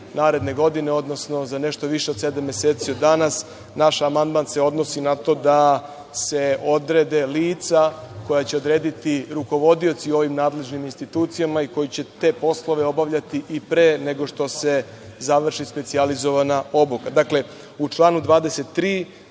naredne godine, odnosno za nešto više od sedam meseci od danas, naš amandman se odnosi na to da se odrede lica koja će odrediti rukovodioci ovim nadležnim institucijama i koji će te poslove obavljati i pre nego što se završi specijalizovana obuka. Dakle, u članu 23.